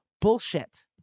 bullshit